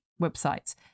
websites